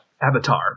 Avatar